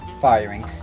firing